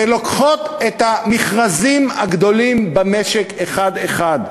ולוקחות את המכרזים הגדולים במשק אחד-אחד.